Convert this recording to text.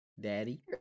Daddy